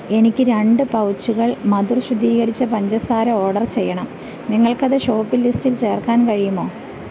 എനിക്ക് രണ്ട് പൗച്ചുകൾ മധുർ ശുദ്ധീകരിച്ച പഞ്ചസാര ഓർഡർ ചെയ്യണം നിങ്ങൾക്ക് അത് ഷോപ്പിംഗ് ലിസ്റ്റിൽ ചേർക്കാൻ കഴിയുമോ